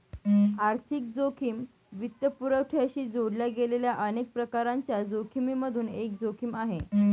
आर्थिक जोखिम वित्तपुरवठ्याशी जोडल्या गेलेल्या अनेक प्रकारांच्या जोखिमिमधून एक जोखिम आहे